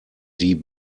die